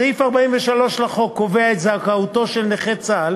סעיף 43 לחוק קובע את זכאותו של נכה צה"ל